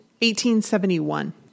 1871